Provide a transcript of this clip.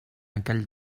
aquell